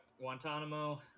Guantanamo